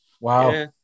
wow